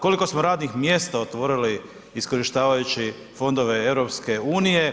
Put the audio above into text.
Koliko smo radnih mjesta otvorili iskorištavajući fondove EU?